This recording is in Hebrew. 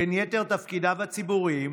בין יתר תפקידיו הציבוריים